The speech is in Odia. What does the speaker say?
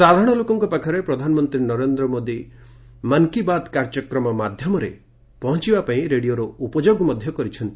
ସାଧାରଣ ଲୋକଙ୍କ ପାଖରେ ପ୍ରଧାନମନ୍ତ୍ରୀ ନରେନ୍ଦ୍ର ମୋଦିଙ୍କ ମନ୍କି ବାତ୍ କାର୍ଯ୍ୟକ୍ରମ ମାଧ୍ୟମରେ ପହଞ୍ଚବା ପାଇଁ ରେଡିଓର ଉପଯୋଗ କରିଛନ୍ତି